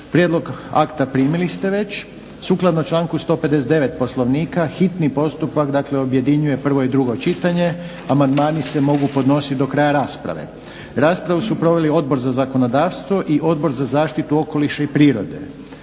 Prijedlog akta primili ste već. Sukladno članku 159. Poslovnika hitni postupak objedinjuje prvo i drugo čitanje. Amandmani se mogu podnositi do kraja rasprave. Raspravu su proveli Odbor za zakonodavstvo i Odbor za zaštitu okoliša i prirode.